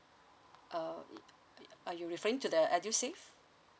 uh are you referring to the edusave